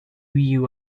you